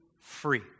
free